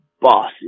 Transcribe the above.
bossy